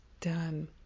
done